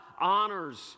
honors